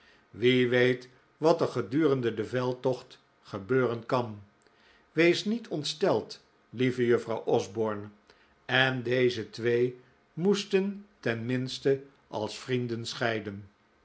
wie weet wat er gedurende den veldtocht gebeuren kan wees niet ontsteld lieve juffrouw osborne en deze twee moesten ten minste als vrienden scheiden